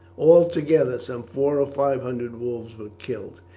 altogether some four or five hundred wolves were killed.